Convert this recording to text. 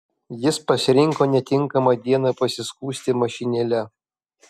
jis pasirinko netinkamą dieną pasiskųsti mašinėle